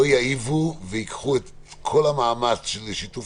לא יעיבו וייקחו את כל המאמץ של שיתוף